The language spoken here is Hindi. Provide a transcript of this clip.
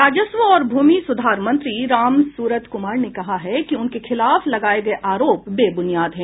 राजस्व और भूमि सुधार मंत्री रामसूरत कुमार ने कहा है कि उनके खिलाफ लगाये गये आरोप बेब्रनियाद है